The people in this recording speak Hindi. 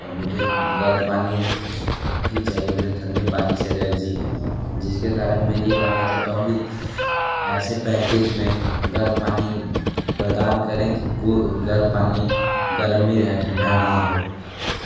और मुझे गर्म पानी ही चाहिए मुझे ठंडे पानी से एलर्जी है जिसके कारण मैं ये कहना चाहता हूँ कि ऐसे पैकेज में गर्म पानी प्रदान करें कि को गर्म पानी गर्म ही रहे ठंडा ना हो